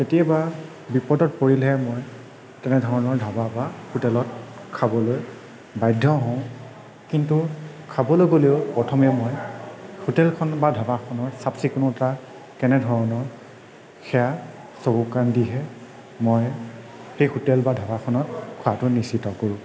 কেতিয়াবা বিপদত পৰিলেহে মই তেনেধৰণৰ ধাবাত বা হোটেলত খাবলৈ বাধ্য় হওঁ কিন্তু খাবলৈ গ'লেও প্ৰথমে মই হোটেলখন বা ধাবাখনৰ চাফ চিকুণতা কেনেধৰণৰ সেয়া চকু কাণ দিহে মই সেই হোটেল বা ধাবাখনত খোৱাতো নিশ্চিত কৰোঁ